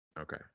Okay